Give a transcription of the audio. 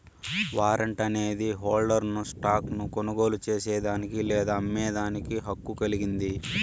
warrant అనేది హోల్డర్ను stock ను కొనుగోలు చేసేదానికి లేదా అమ్మేదానికి హక్కు కలిగింది